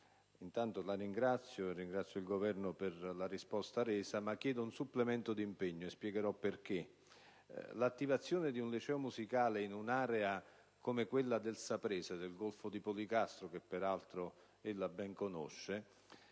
Intanto, ringrazio lei ed il Governo per la risposta resa, ma chiedo un supplemento di impegno, e spiegherò perché. L'attivazione di un liceo musicale in un'area come quella del saprese, del Golfo di Policastro, che peraltro ella ben conosce,